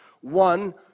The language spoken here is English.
one